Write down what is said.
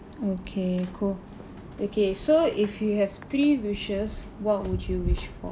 okay cool okay so if you have three wishes what would you wish for